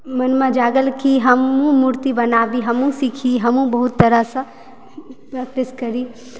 मोनमे जागल कि हमहुॅं मूर्ति बनाबी हमहुॅं सीखी हमहुॅं बहुत तरह सऽ कोशिश करी